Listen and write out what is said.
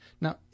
now